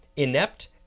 Inept